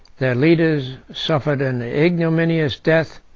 their leaders suffered an ignominious death,